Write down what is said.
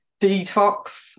detox